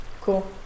Cool